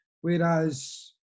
Whereas